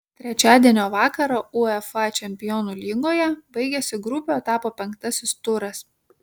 trečiadienio vakarą uefa čempionų lygoje baigėsi grupių etapo penktasis turas